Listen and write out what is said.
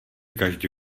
každý